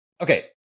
okay